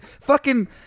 fucking-